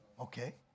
Okay